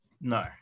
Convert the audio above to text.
No